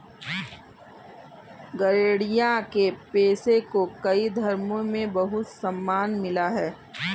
गरेड़िया के पेशे को कई धर्मों में बहुत सम्मान मिला है